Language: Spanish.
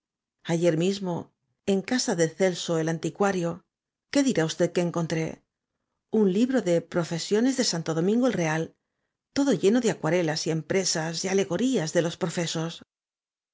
ayer mismo en casa de celso el anticuario qué dirá usted que encontré un libro de profesiones de santo domingo el real todo lleno de acuarelas y empresas y alegorías de los profesos